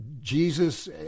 Jesus